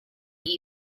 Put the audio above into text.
the